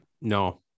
no